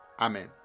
Amen